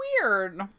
Weird